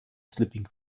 sleeping